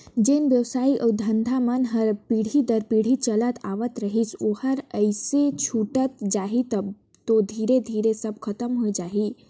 जेन बेवसाय अउ धंधा मन हर पीढ़ी दर पीढ़ी चलत आवत रहिस ओहर अइसने छूटत जाही तब तो धीरे धीरे सब खतम होए जाही